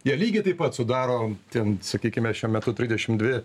ją lygiai taip pat sudaro ten sakykime šiuo metu trisdešim dvi